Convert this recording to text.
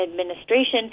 administration